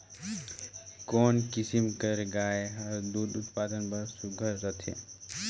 कोन किसम कर गाय हर दूध उत्पादन बर सुघ्घर रथे?